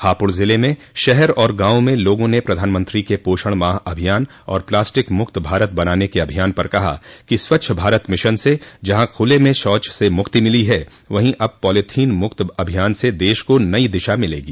हापुड़ जिले में शहर और गांवों में लोगों ने प्रधानमंत्री के पोषण माह अभियान और प्लास्टिक मुक्त भारत बनाने के अभियान पर कहा कि स्वच्छ भारत मिशन से जहां खुले में शौच से मुक्ति मिली है वहीं अब पॉलोथिनमुक्त अभियान से देश को नई दिशा मिलेगी